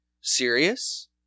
serious